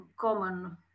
common